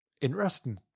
interesting